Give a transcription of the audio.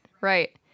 Right